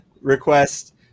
request